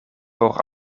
por